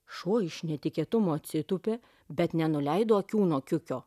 šuo iš netikėtumo atsitūpė bet nenuleido akių nuo kiukio